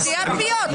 סתימת פיות.